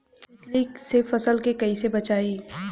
तितली से फसल के कइसे बचाई?